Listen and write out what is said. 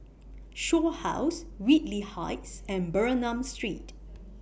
Shaw House Whitley Heights and Bernam Street